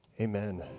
Amen